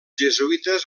jesuïtes